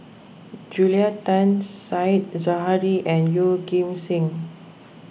Julia Tan Said Zahari and Yeoh Ghim Seng